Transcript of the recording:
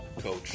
coach